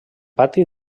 pati